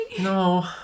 No